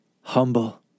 humble